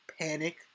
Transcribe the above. panic